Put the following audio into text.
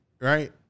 Right